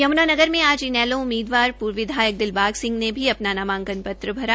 यम्नानगर में आज इनेलो उम्मीदवार पूर्व विधायक दिलबाग सिंह ने भी अपना नामांकन पत्र भरा